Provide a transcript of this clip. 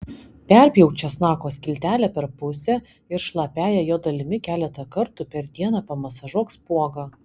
perpjauk česnako skiltelę per pusę ir šlapiąja jo dalimi keletą kartų per dieną pamasažuok spuogą